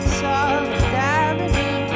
solidarity